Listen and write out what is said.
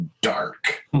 dark